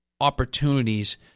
opportunities